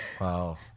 Wow